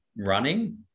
running